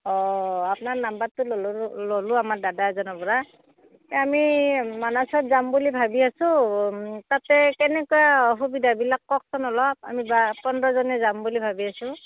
অঁ আপনাৰ নাম্বাৰটো ল'লোঁ ৰ' ল'লোঁ আমাৰ দাদা এজনৰ পৰা এই আমি মানাহত যাম বুলি ভাবি আছোঁ তাতে কেনেকুৱা সুবিধাবিলাক কওকচোন অলপ আমি বাৰ পোন্ধৰজনে যাম বুলি ভাবি আছোঁ